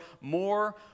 more